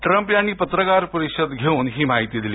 Trump यांनी पत्रकार परिषद घेऊन ही माहिती दिली